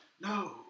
no